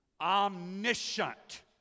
omniscient